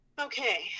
Okay